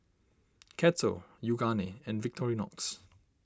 Kettle Yoogane and Victorinox